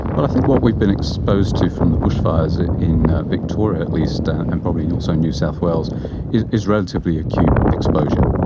well, i think what we've been exposed to from the bushfires ah in victoria at least and probably also in new south wales is is relatively acute exposure,